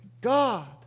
God